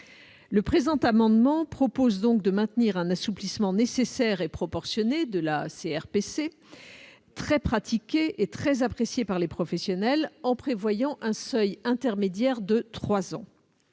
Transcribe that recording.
Le présent amendement vise donc à maintenir un assouplissement nécessaire et proportionné de la CRPC, très pratiquée et très appréciée des professionnels, en prévoyant un seuil intermédiaire de trois ans.